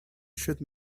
should